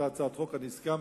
היא היתה הצעת חוק ואני הסכמתי,